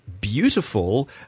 beautiful